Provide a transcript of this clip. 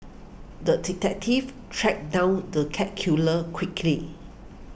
the detective tracked down the cat killer quickly